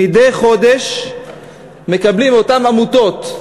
מדי חודש מקבלים מאותן עמותות,